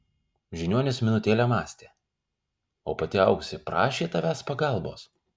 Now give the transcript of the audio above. žiniuonis minutėlę mąstė o pati auksė prašė tavęs pagalbos